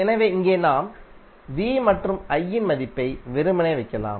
எனவே இங்கே நாம் V மற்றும் I இன் மதிப்பை வெறுமனே வைக்கலாம்